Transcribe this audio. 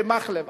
ומקלב,